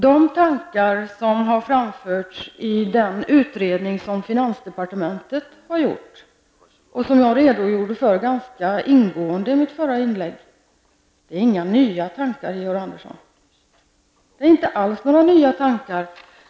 De tankar som har framförts i den utredning som finansdepartementet har gjort och som jag redogjorde för ganska ingående i mitt förra inlägg är inga nya tankar, Georg Andersson.